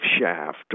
shaft